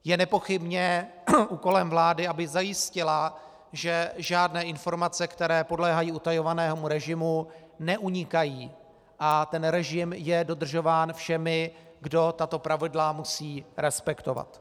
Je nepochybně úkolem vlády, aby zajistila, že žádné informace, které podléhají utajovanému režimu, neunikají, a ten režim je dodržován všemi, kdo tato pravidla musí respektovat.